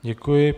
Děkuji.